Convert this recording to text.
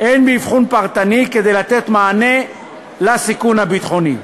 אין באבחון פרטני כדי לתת מענה לסיכון הביטחוני.